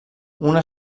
una